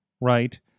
right